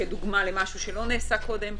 כדוגמה למשהו שלא נעשה קודם,